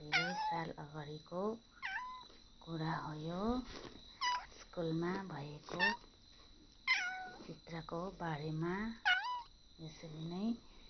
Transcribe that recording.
धेरै साल अगाडिको कुरा हो यो स्कुलमा भएको चित्रको बारेमा यसरी नै